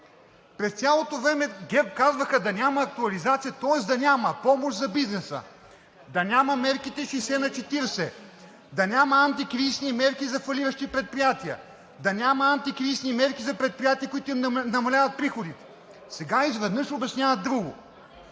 През цялото време ГЕРБ казваха да няма актуализация, тоест да няма помощ за бизнеса, да няма мерките 60 на 40, да няма антикризисни мерки за фалиращи предприятия, да няма антикризисни мерки за предприятия, на които им намаляват приходите. Сега изведнъж обясняват друго!